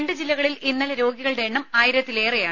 രണ്ട് ജില്ലകളിൽ ഇന്നലെ രോഗികളുടെ എണ്ണം ആയിരത്തിലേറെയാണ്